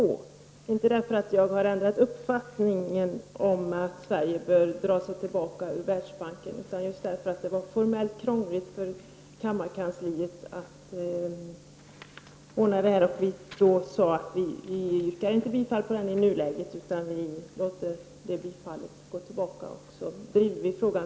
Jag gör det inte därför att jag ändrat uppfattning om att Sverige bör lämna Världsbanken utan just därför att det är formellt krångligt för kammaren att ta upp yrkandet så som det är ställt. Vi avstår alltså från det yrkandet i nuläget och fortsätter att driva frågan.